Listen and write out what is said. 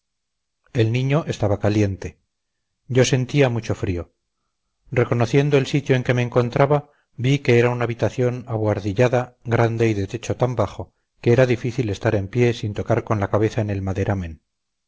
el niño estaba caliente yo sentía mucho frío reconociendo el sitio en que me encontraba vi que era una habitación abohardillada grande y de techo tan bajo que era difícil estar en pie sin tocar con la cabeza en el maderamen